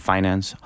Finance